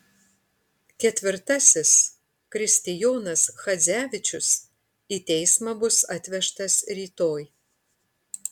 ketvirtasis kristijonas chadzevičius į teismą bus atvežtas rytoj